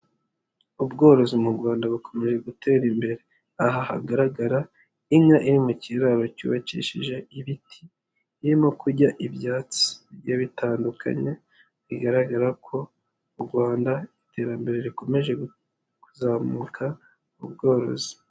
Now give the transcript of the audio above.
Ubworozi mu Rwanda bukomeje gutera imbere aho hagaragara inka iri mu kiraro cyubakishije ibiti, irimo kurya ibyatsi bigiye bitandukanye, bigaragara ko u Rwanda iterambere rikomeje kuzamuka mu bworozi.